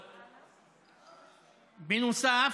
בנוסף,